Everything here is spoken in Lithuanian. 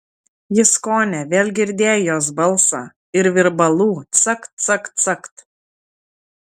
jis kone vėl girdėjo jos balsą ir virbalų cakt cakt cakt